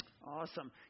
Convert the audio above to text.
Awesome